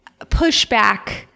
pushback